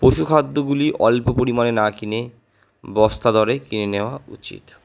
পশুখাদ্যগুলি অল্প পরিমাণে না কিনে বস্তা দরে কিনে নেওয়া উচিত